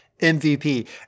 MVP